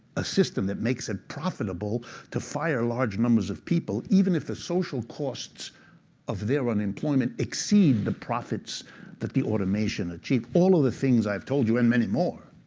a system that makes it profitable to fire large numbers of people, even if the social costs of their unemployment exceed the profits that the automation achieved, all of the things i've told you and many more,